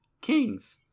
kings